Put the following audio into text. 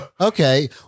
Okay